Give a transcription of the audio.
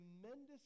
tremendous